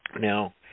Now